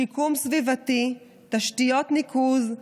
שיקום סביבתי, תשתיות ניקוז,